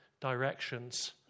directions